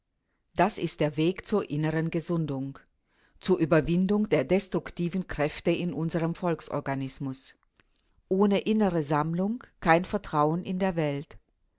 das ist der weg zur inneren gesundung zur überwindung der destruktiven kräfte in unserem volksorganismus ohne innere sammlung kein vertrauen in der welt